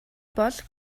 бол